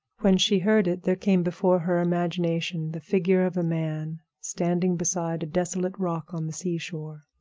when she heard it there came before her imagination the figure of a man standing beside a desolate rock on the seashore.